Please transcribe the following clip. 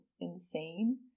insane